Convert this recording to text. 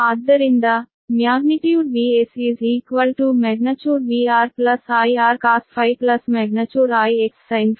ಆದ್ದರಿಂದ magnitude |VS| |VR| |I| Rcos ∅ |I| X sin ∅ ಇದು ಸಮೀಕರಣ 35